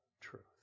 truth